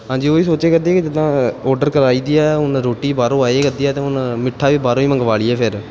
ਹਾਂਜੀ ਉਹ ਹੀ ਸੋਚਿਆ ਕਰਦੇ ਕਿ ਜਿੱਦਾਂ ਔਡਰ ਕਰਾਈ ਦੀ ਆ ਹੁਣ ਰੋਟੀ ਬਾਹਰੋਂ ਆਇਆ ਕਰਦੀ ਆ ਤਾਂ ਹੁਣ ਮਿੱਠਾ ਵੀ ਬਾਹਰੋਂ ਹੀ ਮੰਗਵਾ ਲਈਏ ਫਿਰ